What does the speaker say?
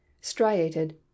striated